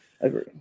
Agree